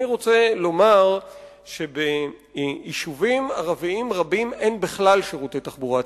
אני רוצה לומר שביישובים ערביים רבים אין בכלל שירותי תחבורה ציבורית.